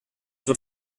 wird